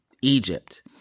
Egypt